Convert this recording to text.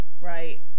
right